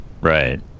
Right